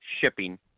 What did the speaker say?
shipping